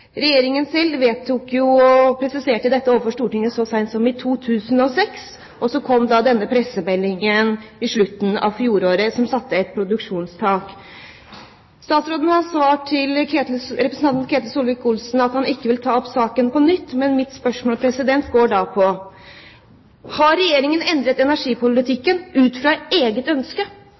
Regjeringen presiserte dette overfor Stortinget så sent som i 2006, og så kom denne pressemeldingen på slutten av fjoråret, som satte et produksjonstak. Statsråden har svart representanten Ketil Solvik-Olsen at han ikke vil ta opp saken på nytt. Men mitt spørsmål lyder: Har Regjeringen endret energipolitikken ut fra eget ønske,